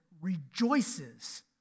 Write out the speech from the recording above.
rejoices